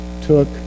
took